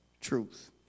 truth